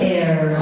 air